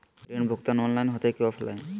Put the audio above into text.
ऋण भुगतान ऑनलाइन होते की ऑफलाइन?